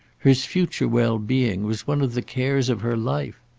his future well-being was one of the cares of her life.